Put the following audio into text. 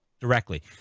directly